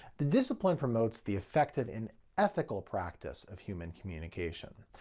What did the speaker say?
the discipline promotes the effective and ethical practice of human communication.